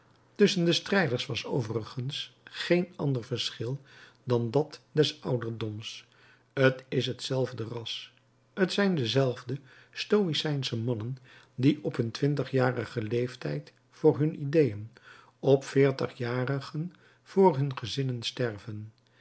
tusschen de strijders was overigens geen ander verschil dan dat des ouderdoms t is hetzelfde ras t zijn dezelfde stoïcijnsche mannen die op twintigjarigen leeftijd voor hun ideeën op veertigjarigen voor hun gezinnen sterven